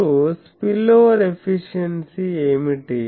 ఇప్పుడు spillover efficiency ఏమిటి